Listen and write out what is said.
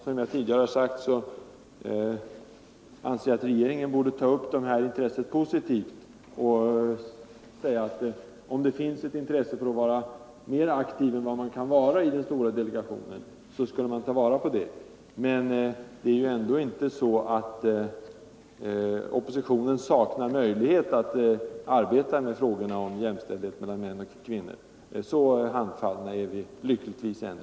Som jag tidigare sagt, anser jag att regeringen borde ta upp det här förslaget positivt och säga, att om det finns ett intresse av att vara mer aktiv än man kan vara i den stora delegationen, så bör vi ta vara på det. Men det är ju ändå inte så, att oppositionen nu saknar möjlighet att arbeta med frågorna om jämställdhet mellan män och kvinnor — så handfallna är vi lyckligtvis inte.